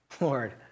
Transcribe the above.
Lord